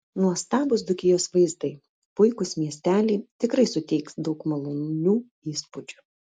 nuostabūs dzūkijos vaizdai puikūs miesteliai tikrai suteiks daug malonių įspūdžių